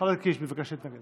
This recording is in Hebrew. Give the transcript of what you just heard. חבר הכנסת קיש מבקש להתנגד.